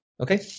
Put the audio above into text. Okay